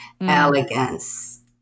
elegance